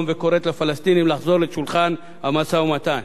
וקוראת לפלסטינים לחזור לשולחן המשא-ומתן.